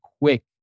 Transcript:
quick